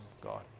God